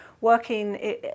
working